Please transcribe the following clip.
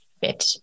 fit